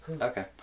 Okay